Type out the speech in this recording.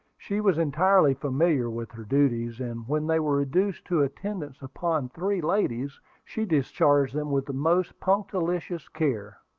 she was entirely familiar with her duties, and when they were reduced to attendance upon three ladies, she discharged them with the most punctilious care.